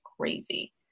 crazy